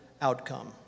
outcome